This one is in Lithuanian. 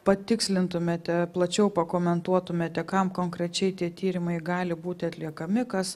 patikslintumėte plačiau pakomentuotumėte kam konkrečiai tie tyrimai gali būti atliekami kas